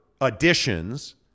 additions